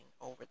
over